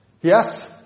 Yes